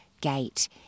gate